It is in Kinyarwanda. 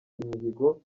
imihigo